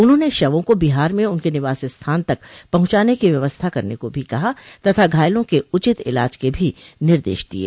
उन्होंने शवों को बिहार में उनके निवास स्थान तक पहुंचाने की व्यवस्था करने को भी कहा तथा घायलों के उचित इलाज के भी निर्देश दिये